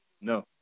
No